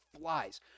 flies